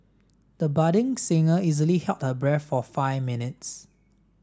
the budding singer easily held her breath for five minutes